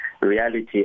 reality